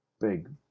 big